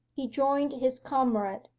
he joined his comrade.